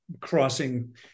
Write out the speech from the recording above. crossing